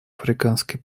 африканской